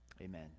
Amen